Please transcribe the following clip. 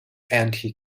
anti